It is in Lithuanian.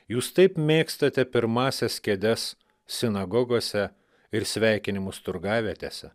jūs taip mėgstate pirmąsias kėdes sinagogose ir sveikinimus turgavietėse